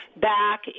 back